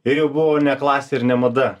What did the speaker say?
ir jau buvo buvo ne klasė ir ne mada